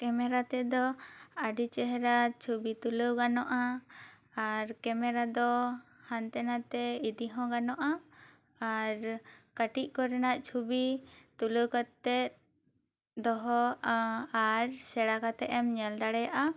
camera ᱛᱮᱫᱚ ᱟ ᱰᱤ ᱪᱮᱦᱨᱟ ᱪᱷᱳᱵᱤ ᱛᱩᱞᱟ ᱣ ᱜᱟᱱᱚᱜᱼᱟ ᱟᱨ ᱠᱮᱢᱮᱨᱟ ᱫᱚ ᱦᱟᱱᱛᱮ ᱱᱷᱟᱛᱮ ᱤᱫᱤ ᱦᱚᱸ ᱜᱟᱱᱚᱜᱼᱟ ᱟᱨ ᱠᱟ ᱴᱤᱡ ᱠᱚᱨᱮᱱᱟᱜ ᱪᱷᱳᱵᱤ ᱛᱩᱞᱟᱹᱣ ᱠᱟᱛᱮ ᱫᱚᱦᱚ ᱟᱨ ᱥᱮᱬᱟ ᱠᱟᱛᱮ ᱮᱢ ᱧᱮᱞ ᱫᱟᱲᱮᱭᱟᱜᱼᱟ